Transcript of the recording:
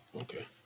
okay